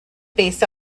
based